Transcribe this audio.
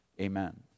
amen